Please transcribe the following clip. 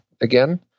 again